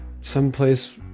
someplace